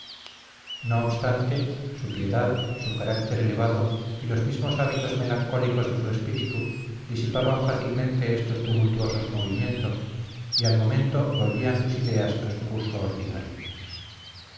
no obstante su piedad su carácter elevado y los mismos hábitos melancólicos de su espíritu disipaban fácilmente estos tumultuosos movimientos y al momento volvían sus ideas a su curso ordinario